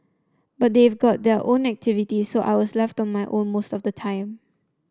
but they've got their own activities so I was left on my own most of the time